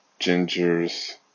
gingers